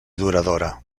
duradora